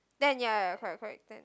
ten ya ya correct correct ten